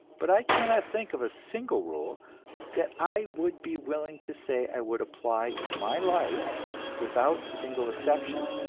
but i cannot think of a single rule that i would be willing to say i would apply in my life without a single exception.